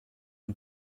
une